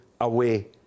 away